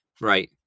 Right